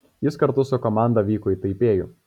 jis kartu su komanda vyko į taipėjų